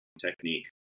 technique